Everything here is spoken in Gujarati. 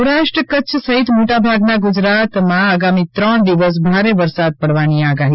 સૌરાષ્ટ્ર કચ્છ સહિત મોટા ભાગના ગુજરાતમાં આગામી ત્રણ દિવસ ભારે વરસાદ પાડવાની આગાહી